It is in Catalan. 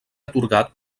atorgat